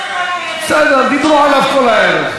כי דיברו עליו כל הערב.